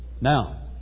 Now